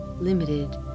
limited